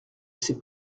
ces